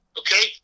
okay